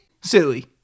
Silly